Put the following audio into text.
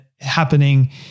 happening